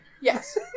Yes